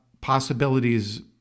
possibilities